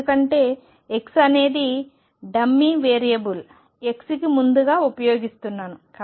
ఎందుకంటే x అనేది dummy variable x ముందుగా ఉపయోగిస్తున్నాను